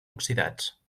oxidats